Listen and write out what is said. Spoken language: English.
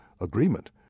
agreement